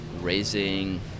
raising